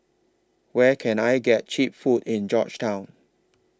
Where Can I get Cheap Food in Georgetown